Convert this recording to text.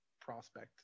prospect